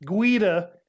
guida